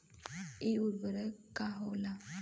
इ उर्वरक का होला?